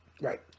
right